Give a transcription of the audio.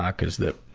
ah, cuz the,